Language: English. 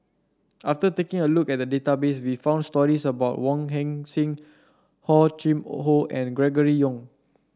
after taking a look at the database we found stories about Wong Heck Sing Hor Chim Or and Gregory Yong